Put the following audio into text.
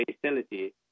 facility